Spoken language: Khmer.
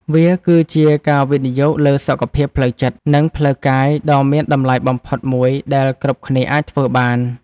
វាគឺជាការវិនិយោគលើសុខភាពផ្លូវចិត្ត និងផ្លូវកាយដ៏មានតម្លៃបំផុតមួយដែលគ្រប់គ្នាអាចធ្វើបាន។